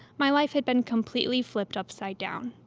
my life had been completely flipped upside down.